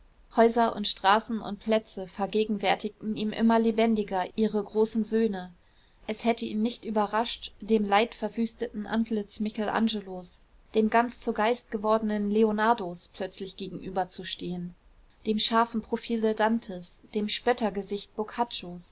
häuser und straßen und plätze vergegenwärtigten ihm immer lebendiger ihre großen söhne es hätte ihn nicht überrascht dem leidverwüsteten antlitz michelangelos dem ganz zu geist gewordenen leonardos plötzlich gegenüberzustehen dem scharfen profile dantes dem